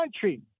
country